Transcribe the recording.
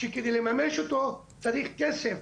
שכדי לממש אותו צריך כסף,